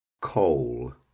Coal